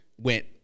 went